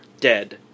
dead